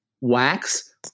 wax